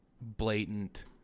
blatant